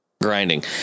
grinding